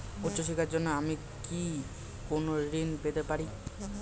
উচ্চশিক্ষার জন্য আমি কি কোনো ঋণ পেতে পারি?